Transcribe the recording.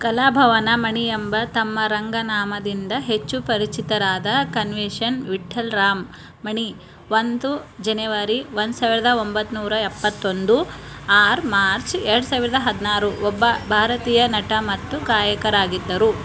ಕಲಾಭವನ ಮಣಿ ಎಂಬ ತಮ್ಮ ರಂಗನಾಮದಿಂದ ಹೆಚ್ಚು ಪರಿಚಿತರಾದ ಕುನ್ನಿಸ್ಸೆರಿ ವೀಟ್ಟಿಲ್ ರಾಮನ್ ಮಣಿ ಒಂದು ಜೆನೆವರಿ ಒಂದು ಸಾವಿರದ ಒಂಬತ್ತನೂರ ಎಪ್ಪತ್ತೊಂದು ಆರು ಮಾರ್ಚ್ ಎರಡು ಸಾವಿರದ ಹದಿನಾರು ಒಬ್ಬ ಭಾರತೀಯ ನಟ ಮತ್ತು ಗಾಯಕರಾಗಿದ್ದರು